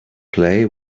play